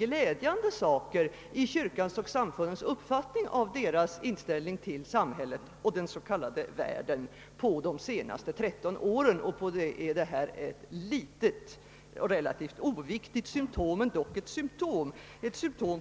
glädjande saker i kyrkans och samfundens uppfattning, deras inställning till samhället och den s.k. världen på de senaste tretton åren. Då är detta förslag ett litet och relativt oviktigt men dock symtom